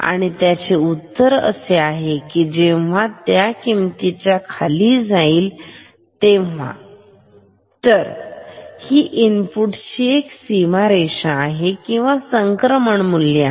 आणि त्याचे उत्तर असा आहे की जेव्हा या किंमतच्या खाली जाईल तेव्हा तर ही इनपुटची एक सीमारेषा आहे किंवा संक्रमण मुल्य आहे